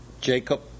Jacob